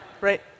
Right